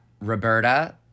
Roberta